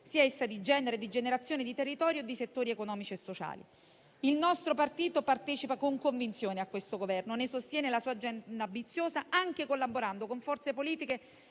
(sia essa di genere, di generazione, di territorio e di settori economici e sociali). Il nostro partito partecipa con convinzione a questo Governo e ne sostiene la sua agenda ambiziosa, anche collaborando con forze politiche